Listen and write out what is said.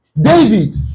David